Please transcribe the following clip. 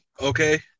Okay